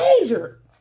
Major